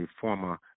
former